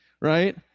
right